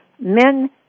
Men